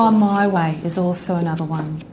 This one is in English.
um my way is also another one